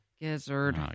Gizzard